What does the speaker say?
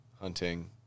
hunting